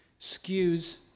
skews